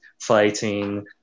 fighting